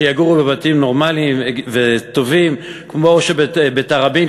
שיגורו בבתים נורמליים וטובים כמו בתראבין,